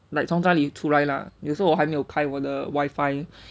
like 从家里出来 lah 有时候我还没有开过我的 wifi